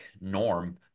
norm